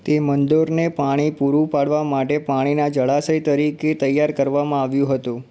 તે મંદોરને પાણી પૂરું પાડવા માટે પાણીના જળાશય તરીકે તૈયાર કરવામાં આવ્યું હતું